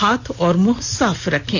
हाथ और मुंह साफ रखें